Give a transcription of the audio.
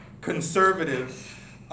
conservative